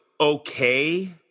okay